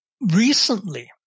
recently